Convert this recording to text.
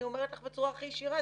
אני אומרת לך בצורה הכי ישירה,